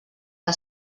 que